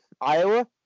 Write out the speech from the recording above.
Iowa